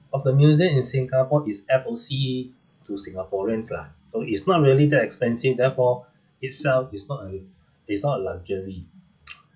of the museum in singapore is F_O_C to singaporeans lah so it's not really that expensive therefore itself is not a it's not a luxury